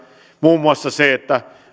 muun muassa se että